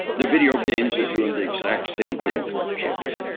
the video games are doing the exact same thing to our kids.